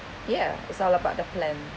ya it's all about the plan